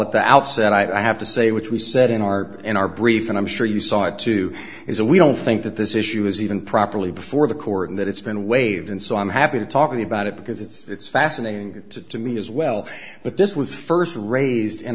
at the outset i have to say which was said in our in our brief and i'm sure you saw it too is a we don't think that this issue is even properly before the court and that it's been waived and so i'm happy to talk about it because it's fascinating to me as well but this was first raised in